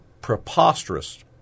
preposterous